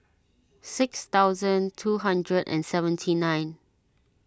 six thousand two hundred and seventy nine